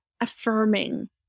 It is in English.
affirming